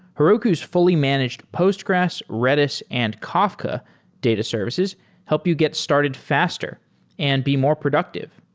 heroku's fully managed postgres, redis and kafka data services help you get started faster and be more productive.